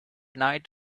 night